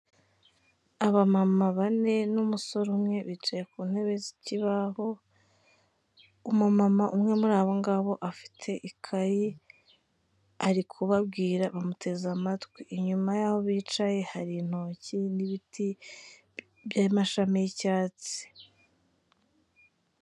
Abamama bane n'umusore umwe bicaye ku ntebe z'ikibaho, umumama umwe muri abo ngabo afite ikayi ari kubabwira bamuteze amatwi, inyuma y'aho bicaye hari intoki n'ibiti by'amashami y'icyatsi.